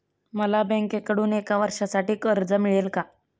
मला बँकेकडून एका वर्षासाठी कर्ज मिळेल का?